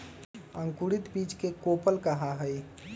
अंकुरित बीज के कोपल कहा हई